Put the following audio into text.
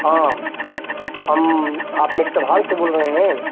हाँ हम आप मेड़कल हॉल से बोल रहे हैं